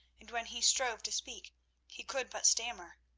and when he strove to speak he could but stammer.